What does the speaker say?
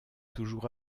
toujours